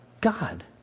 God